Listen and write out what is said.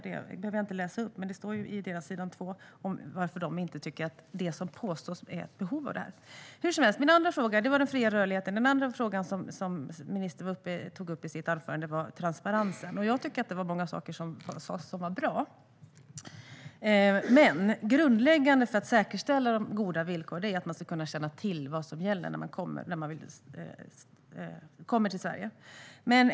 Jag behöver inte läsa upp det, men det står på s. 2 varför Lagrådet inte tycker att det som påstås är ett behov. Det var den fria rörligheten. Den andra frågan som ministern tog upp i sitt anförande var transparensen. Jag tycker att många saker som sas var bra, men grundläggande för att säkerställa goda villkor är att man ska kunna känna till vad som gäller när man kommer till Sverige.